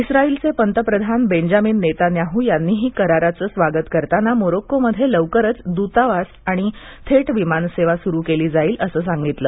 इस्राइलच प्रितप्रधान Benjamin Netanyahu यांनीही कराराचं स्वागत करताना मोरोक्कोमध्यविवकरच दूतावास आणि थेट्टविमानसद्या सुरू कवी जाईल असं सांगितलं